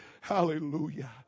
Hallelujah